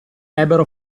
ebbero